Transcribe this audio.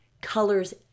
colors